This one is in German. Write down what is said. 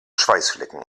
schweißflecken